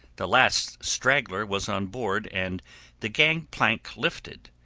the last straggler was on board and the gangplank lifted,